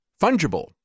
fungible